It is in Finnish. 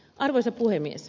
arvoisa puhemies